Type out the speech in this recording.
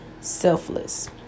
selfless